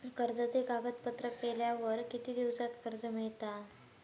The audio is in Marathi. कर्जाचे कागदपत्र केल्यावर किती दिवसात कर्ज मिळता?